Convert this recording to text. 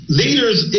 leaders